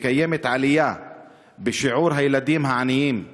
וקיימת עלייה בשיעור הילדים העניים.